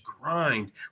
grind